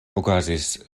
okazis